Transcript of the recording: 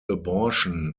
abortion